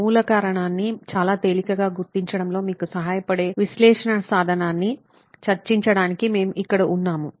మూలకారణాన్ని చాలా తేలికగా గుర్తించడంలో మీకు సహాయపడే విశ్లేషణ సాధనాన్ని చర్చించడానికి మేము ఇక్కడ ఉన్నాము